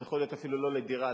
וזה יכול להיות לא רק לדירה,